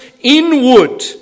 inward